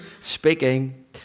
speaking